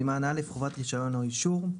סימן א' חובת רישיון או אישור: